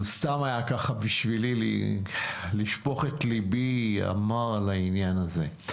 זה היה בשבילי לשפוך את ליבי המר על העניין הזה.